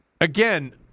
Again